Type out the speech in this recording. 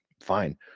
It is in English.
fine